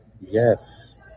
Yes